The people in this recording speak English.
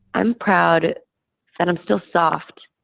i'm proud that i'm still soft.